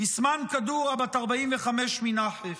אסמהאן קדורה, בת 45, מנחף,